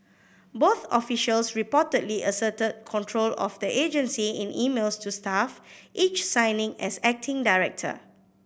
both officials reportedly asserted control of the agency in emails to staff each signing as acting director